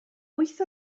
wyth